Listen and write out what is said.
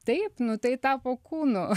taip nu tai tapo kūnu